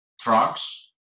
trucks